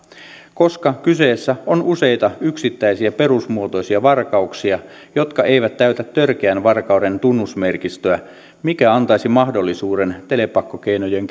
koska kyseessä on useita yksittäisiä perusmuotoisia varkauksia jotka eivät täytä törkeän varkauden tunnusmerkistöä mikä antaisi mahdollisuuden telepakkokeinojen